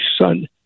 son